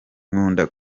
nkunda